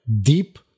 deep